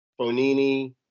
Bonini